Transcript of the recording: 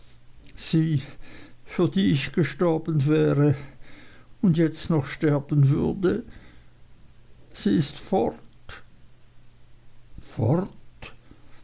für die ich gestorben wäre und jetzt noch sterben würde sie ist fort fort